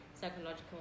psychological